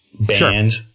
band